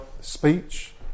speech